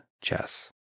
Chess